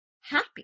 happy